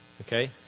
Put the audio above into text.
Okay